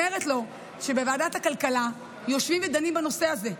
אני אומרת לו שבוועדת הכלכלה יושבים ודנים בנושא הזה.